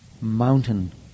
mountain